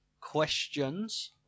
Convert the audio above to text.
questions